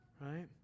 Right